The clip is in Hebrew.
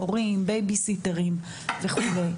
הורים בייביסיטר וכו'.